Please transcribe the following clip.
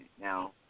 Now